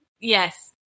Yes